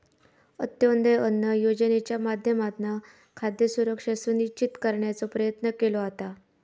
अंत्योदय अन्न योजनेच्या माध्यमातना खाद्य सुरक्षा सुनिश्चित करण्याचो प्रयत्न केलो जाता